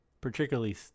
particularly